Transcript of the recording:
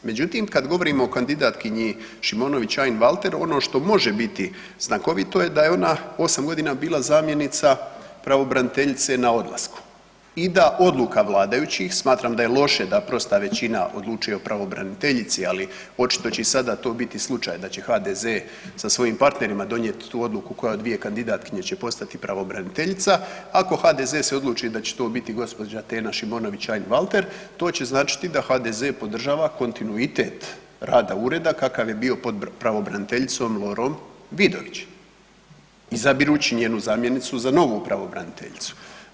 Međutim, kad govorimo o kandidatkinji Šimonović Einwalter ono što može biti znakovito da je ona osam godina bila zamjenica pravobraniteljice na odlasku i da odluka vladajućih, smatram da je loše da prosta većina odlučuje o pravobraniteljici, ali očito će i sada to biti slučaj da će HDZ sa svojim partnerima donijeti odluku koja od dvije kandidatkinje će postati pravobraniteljica, ako HDZ će odluči da će to biti gospođa Tena Šimonović Einwalter to će značiti da HDZ podržava kontinuitet rada ureda kakav je bio pod pravobraniteljicom Lorom Vidović izabirući njenu zamjenicu za novu pravobraniteljicu.